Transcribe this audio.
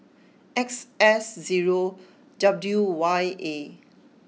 X S zero W Y A